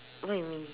what you mean